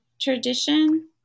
tradition